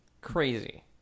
crazy